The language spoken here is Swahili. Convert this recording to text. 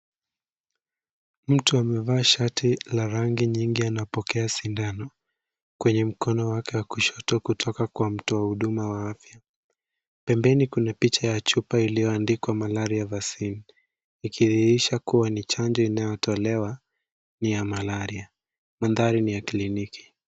Mtu amevaa shati la rangi nyingi anapokea sindano, kwenye mkono wake wa kushoto kutoka kwa mtoa huduma wa afya. Pembeni kuna picha ya chupa iliyoandikwa malaria vaccine ikidhihirisha kuwa ni chanjo inayotolewa, ni ya malaria. Mandhari ni ya kliniki.